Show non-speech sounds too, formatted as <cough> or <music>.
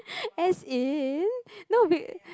<laughs> as in no be